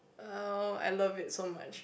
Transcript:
oh I love it so much